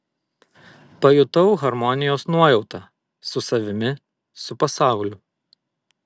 pajutau harmonijos nuojautą su savimi su pasauliu